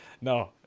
No